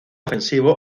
ofensivo